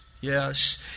yes